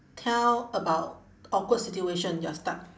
tell about awkward situation you are stuck